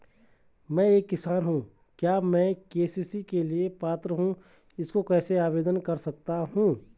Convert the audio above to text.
मैं एक किसान हूँ क्या मैं के.सी.सी के लिए पात्र हूँ इसको कैसे आवेदन कर सकता हूँ?